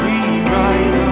Rewrite